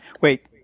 Wait